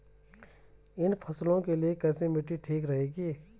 इन फसलों के लिए कैसी मिट्टी ठीक रहेगी?